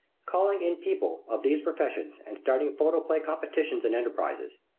calling in people of these professions and starting photoplay competitions and enterprises.